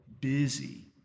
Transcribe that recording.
busy